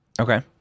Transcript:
Okay